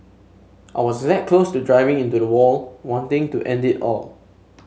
I was that close to driving into the wall wanting to end it all